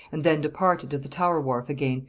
and then departed to the tower wharf again,